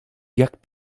jak